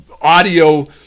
audio